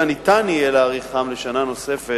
אלא אפשר יהיה להאריכם בשנה נוספת,